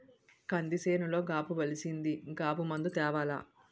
కంది సేనులో గాబు బలిసీసింది గాబు మందు తేవాల